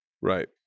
Right